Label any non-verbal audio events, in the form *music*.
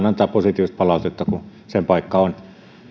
*unintelligible* antaa positiivista palautetta kun sen paikka on